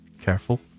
Careful